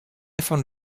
found